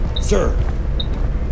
Sir